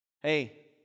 Hey